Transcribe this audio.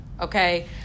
okay